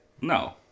No